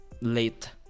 late